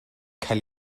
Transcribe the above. cael